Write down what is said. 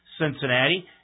Cincinnati